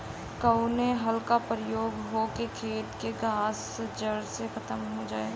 कवने हल क प्रयोग हो कि खेत से घास जड़ से खतम हो जाए?